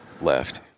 left